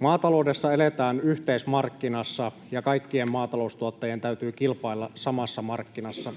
Maataloudessa eletään yhteismarkkinassa, ja kaikkien maataloustuottajien täytyy kilpailla samassa markkinassa,